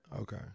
Okay